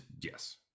Yes